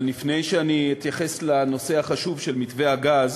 אבל לפני שאני אתייחס לנושא החשוב של מתווה הגז